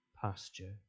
pasture